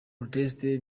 reuters